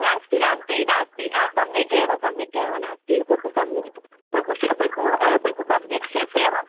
नास्ति नास्ति नास्ति सम्यक् एव सम्यक् एव नास्ति बहु सम्यक् बहु बहु बहु सम्यक् शेफ़् एव